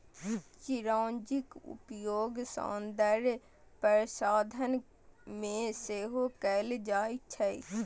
चिरौंजीक उपयोग सौंदर्य प्रसाधन मे सेहो कैल जाइ छै